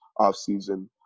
offseason